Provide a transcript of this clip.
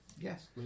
yes